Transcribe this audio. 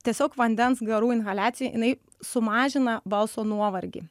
tiesiog vandens garų inhaliacija jinai sumažina balso nuovargį